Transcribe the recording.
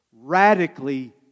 Radically